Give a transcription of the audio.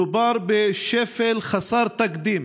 מדובר בשפל חסר תקדים